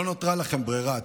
לא נותרה לכם ברירה.